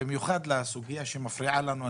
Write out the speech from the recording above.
ובמיוחד לסוגיה שמפריעה לנו.